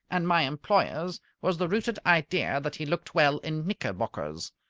and my employer's was the rooted idea that he looked well in knickerbockers.